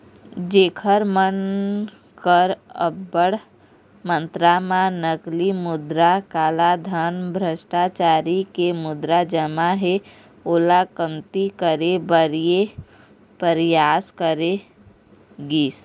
जेखर मन कर अब्बड़ मातरा म नकली मुद्रा, कालाधन, भस्टाचारी के मुद्रा जमा हे ओला कमती करे बर ये परयास करे गिस